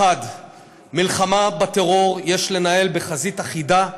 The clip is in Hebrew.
1. מלחמה בטרור יש לנהל בחזית אחידה,